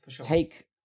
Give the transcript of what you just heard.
take